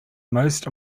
most